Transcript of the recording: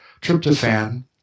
tryptophan